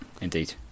Indeed